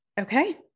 okay